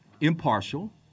impartial